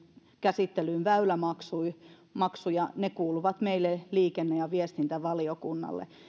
käsittelyyn väylämaksuja ne kuuluvat meille liikenne ja viestintävaliokunnalle